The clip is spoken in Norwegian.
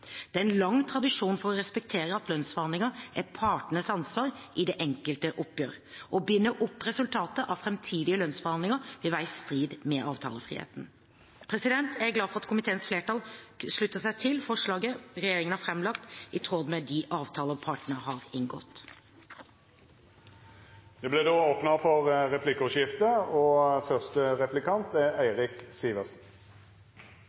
Det er en lang tradisjon for å respektere at lønnsforhandlinger er partenes ansvar i det enkelte oppgjør. Å binde opp resultatet av framtidige lønnsforhandlinger vil være i strid med avtalefriheten. Jeg er glad for at komiteens flertall slutter seg til forslaget regjeringen har framlagt, i tråd med de avtaler partene har inngått. Det vert replikkordskifte. La meg først få si takk til saksordføreren for